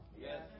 yes